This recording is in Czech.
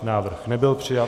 Návrh nebyl přijat.